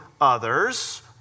others